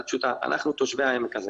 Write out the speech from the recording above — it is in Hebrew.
אנחנו תושבי העמק הזה